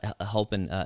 helping